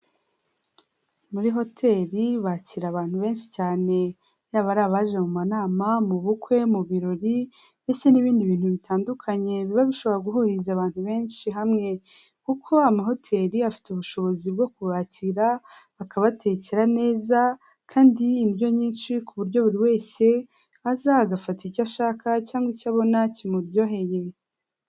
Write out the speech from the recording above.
Muri hoteri bakira abantu benshi cyane, yaba ari abaje mu manama, mu bukwe, mu birori ndetse n'ibindi bintu bitandukanye biba bishobora guhuriza abantu benshi hamwe, kuko amahoteri afite ubushobozi bwo kubakira, akabatekera neza kandi indyo nyinshi ku buryo buri wese aza agafata icyo ashaka cyangwa icyo abona kimuryoheye.